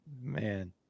Man